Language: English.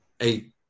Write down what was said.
eight